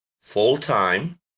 full-time